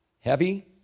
Heavy